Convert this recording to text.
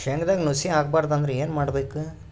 ಶೇಂಗದಾಗ ನುಸಿ ಆಗಬಾರದು ಅಂದ್ರ ಏನು ಮಾಡಬೇಕು?